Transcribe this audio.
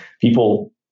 people